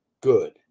good